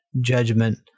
judgment